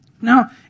Now